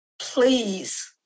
Please